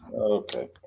Okay